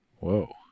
Whoa